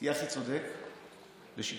תהיה הכי צודק לשיטתך,